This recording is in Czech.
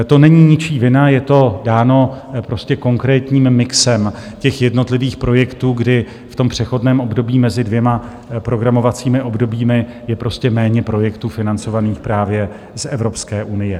To není ničí vina, je to dáno prostě konkrétním mixem těch jednotlivých projektů, kdy v přechodném období mezi dvěma programovacími obdobími je prostě méně projektů financovaných právě z Evropské unie.